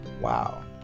Wow